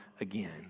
again